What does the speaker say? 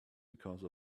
because